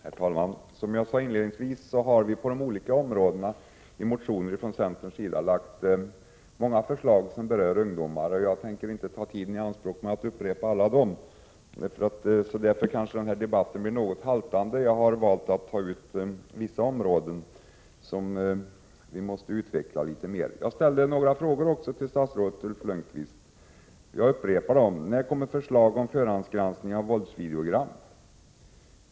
Herr talman! Som jag sade inledningsvis, har vi på olika områden i motioner från centerns sida lagt fram många förslag som berör ungdomar. Jag tänker inte ta tiden i anspråk med att upprepa alla dessa, och därför kanske debatten blir något haltande. Jag har valt att ta ut vissa områden som måste utvecklas litet mer. Jag ställde också några frågor till statsrådet Ulf Lönnqvist, och jag upprepar dem: När kommer förslag om förhandsgranskning av våldsvideogram?